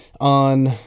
on